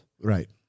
Right